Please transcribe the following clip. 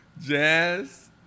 Jazz